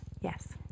Yes